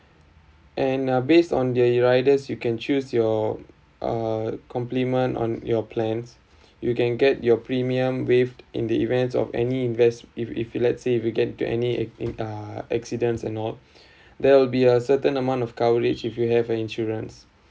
and uh based on their riders you can choose your uh compliment on your plans you can get your premium waived in the events of any invest if if let's say if you can to any in uh accidents and all there will be a certain amount of coverage if you have an insurance